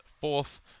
fourth